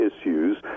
issues